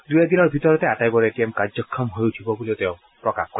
দুই এদিনৰ ভিতৰতে আটাইবোৰ এ টি এম কাৰ্যক্ষম হৈ উঠিব বুলিও তেওঁ প্ৰকাশ কৰে